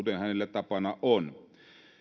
tapana on